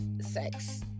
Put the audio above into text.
sex